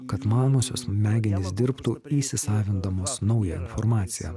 kad manosios smegenys dirbtų įsisavindamos naują informaciją